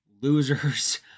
losers